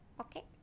Okay